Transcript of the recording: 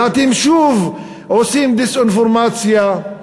ואתם שוב עושים דיסאינפורמציה.